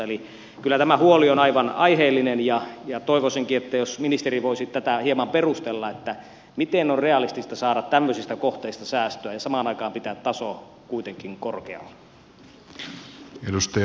eli kyllä tämä huoli on aivan aiheellinen ja toivoisinkin että ministeri voisi tätä hieman perustella miten on realistista saada tämmöisistä kohteista säästöä ja samaan aikaan pitää taso kuitenkin korkealla